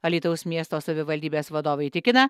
alytaus miesto savivaldybės vadovai tikina